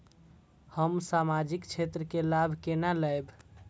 हम सामाजिक क्षेत्र के लाभ केना लैब?